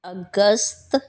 August